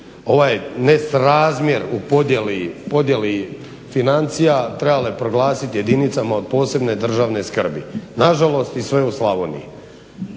ovaj nesrazmjer u podjeli financija trebale proglasiti jedinicama od posebne državne skrbi. Nažalost, i sve u Slavoniji.